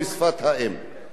דבר שני,